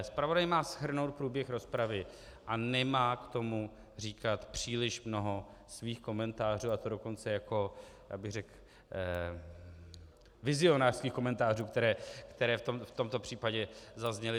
Zpravodaj má shrnout průběh rozpravy a nemá k tomu říkat příliš mnoho svých komentářů, a to dokonce jako, abych řekl, vizionářských komentářů, které v tomto případě zazněly.